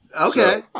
okay